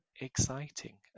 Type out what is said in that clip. exciting